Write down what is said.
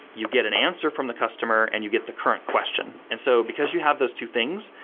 you get an answer from the customer and you get the current question. and so because you have those two things,